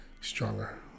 stronger